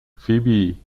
فیبی